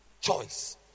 choice